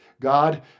God